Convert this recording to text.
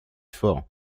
fort